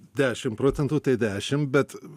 dešimt procentų tai dešimt bet